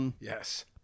Yes